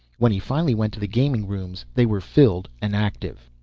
when he finally went to the gaming rooms they were filled and active.